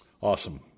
Awesome